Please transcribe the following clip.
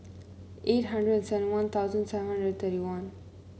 eight hundred seven One Thousand seven hundred thirty one